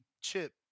chip